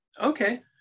okay